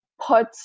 put